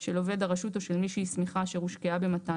של עובד הרשות או של מי שהסמיכה אשר הושקעה במתן